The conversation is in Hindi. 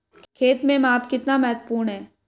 खेत में माप कितना महत्वपूर्ण है?